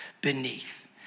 beneath